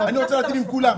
אני רוצה להיטיב עם כולם,